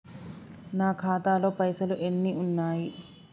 నా ఖాతాలో పైసలు ఎన్ని ఉన్నాయి?